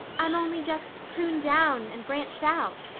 i'm only just pruned down and branched out.